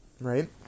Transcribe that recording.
right